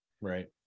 Right